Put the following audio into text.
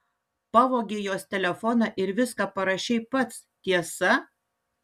pavogei jos telefoną ir viską parašei pats tiesa